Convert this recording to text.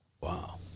Wow